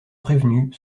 prévenus